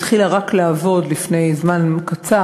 היא התחילה לעבוד רק לפני זמן קצר,